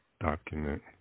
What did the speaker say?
document